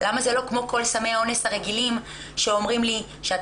למה זה לא כמו כל סמי אונס הרגילים שאומרים לי שאת